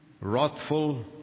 wrathful